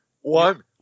one